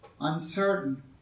uncertain